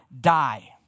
die